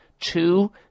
two